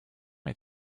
est